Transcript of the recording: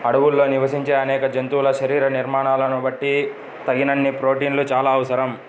అడవుల్లో నివసించే అనేక జంతువుల శరీర నిర్మాణాలను బట్టి తగినన్ని ప్రోటీన్లు చాలా అవసరం